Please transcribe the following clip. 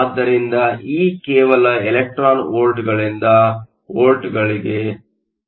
ಆದ್ದರಿಂದ ಇ ಕೇವಲ ಎಲೆಕ್ಟ್ರಾನ್ ವೋಲ್ಟ್ಗಳಿಂದ ವೋಲ್ಟ್ಗಳಿಗೆ ಪರಿವರ್ತಿಸುವುದಾಗಿದೆ